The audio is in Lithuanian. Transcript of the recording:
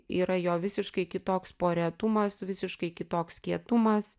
yra jo visiškai kitoks porėtumas visiškai kitoks kietumas